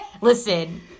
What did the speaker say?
listen